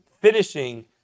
finishing